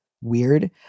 weird